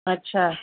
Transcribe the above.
अच्छा